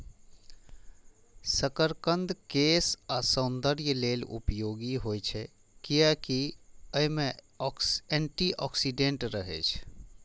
शकरकंद केश आ सौंदर्य लेल उपयोगी होइ छै, कियैकि अय मे एंटी ऑक्सीडेंट रहै छै